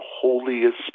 holiest